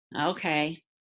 Okay